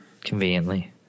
Conveniently